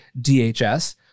DHS